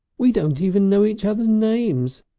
we don't even know each other's names,